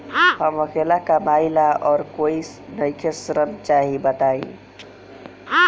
हम अकेले कमाई ला और कोई नइखे ऋण चाही बताई?